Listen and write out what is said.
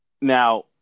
Now